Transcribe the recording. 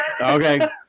Okay